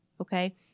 okay